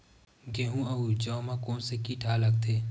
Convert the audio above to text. गेहूं अउ जौ मा कोन से कीट हा लगथे?